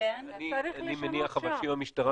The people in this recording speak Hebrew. אז צריך לשנות שם.